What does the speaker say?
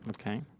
okay